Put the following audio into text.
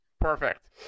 Perfect